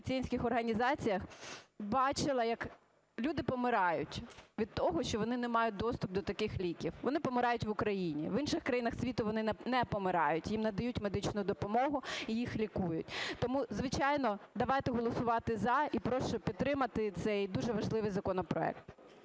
в пацієнтських організаціях, бачила, як люди помирають від того, що вони не мають доступу до таких ліків. Вони помирають в Україні, в інших країнах світу вони не помирають, їм надають медичну допомогу і їх лікують. Тому, звичайно, давайте голосувати "за". І прошу підтримати цей дуже важливий законопроект.